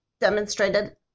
demonstrated